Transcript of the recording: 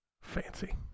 Fancy